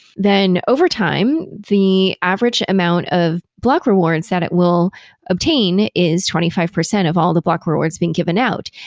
then over time, the average amount of block rewards that it will obtain is twenty five percent of all the block rewards being given out.